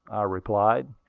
replied.